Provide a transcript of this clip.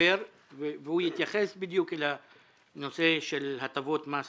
תתייחס לנושא הטבות מס ותמריצים.